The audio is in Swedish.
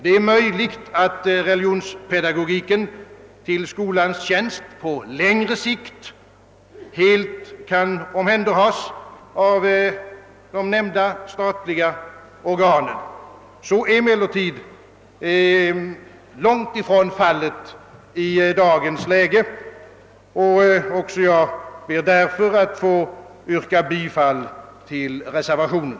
Det är möjligt, att religionspedagogiken till skolans tjänst på längre sikt helt kan omhänderhas av de nämnda statliga organen. Så är emellertid långt ifrån fallet i dagens läge, och också jag ber därför att få yrka bifall till reservationen.